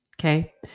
Okay